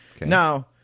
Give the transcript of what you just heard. Now